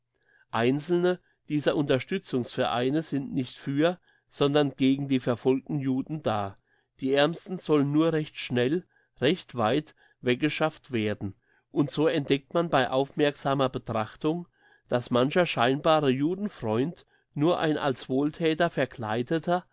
einzelne dieser unterstützungsvereine sind nicht für sondern gegen die verfolgten juden da die aermsten sollen nur recht schnell recht weit weggeschafft werden und so entdeckt man bei aufmerksamer betrachtung dass mancher scheinbare judenfreund nur ein als wohlthäter verkleideter